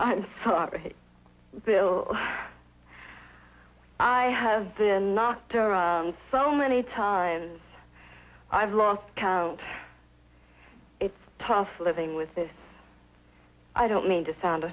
i'm sorry bill i have been knocked over so many times i've lost count it's tough living with this i don't mean to sound